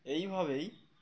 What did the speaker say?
এইভাবেই